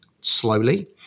slowly